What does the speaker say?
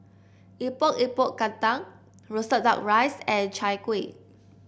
Epok Epok Kentang roasted duck rice and Chai Kueh